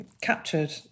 captured